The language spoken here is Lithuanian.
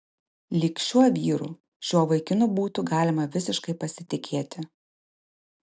lyg šiuo vyru šiuo vaikinu būtų galima visiškai pasitikėti